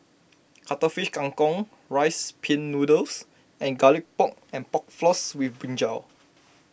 Cuttlefish Kang Kong Rice Pin Noodles and Garlic Pork and Pork Floss with Brinjal